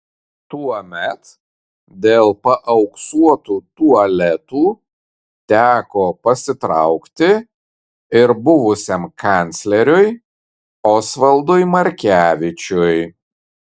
tuomet dėl paauksuotų tualetų teko pasitraukti ir buvusiam kancleriui osvaldui markevičiui